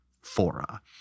fora